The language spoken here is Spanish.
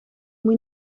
muy